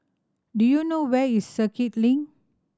do you know where is Circuit Link